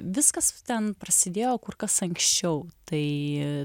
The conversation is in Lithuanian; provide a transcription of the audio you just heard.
viskas ten prasidėjo kur kas anksčiau tai